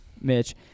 Mitch